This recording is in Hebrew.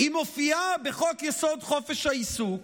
מופיעות בחוק-יסוד: חופש העיסוק,